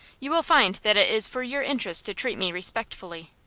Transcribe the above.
you will find that it is for your interest to treat me respectfully.